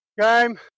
Game